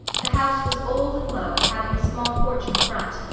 the house was old and low, having a small porch in front,